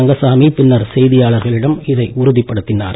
ரங்கசாமி பின்னர் செய்தியாளர்களிடம் இதை உறுதிப்படுத்தினார்